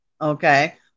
Okay